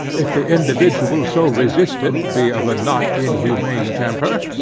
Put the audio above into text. if the individual so resisted be of a not inhumane temper,